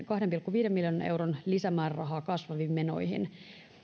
kahden pilkku viiden miljoonan euron lisämäärärahaa kasvaviin menoihin